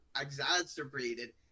exacerbated